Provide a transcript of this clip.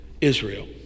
Israel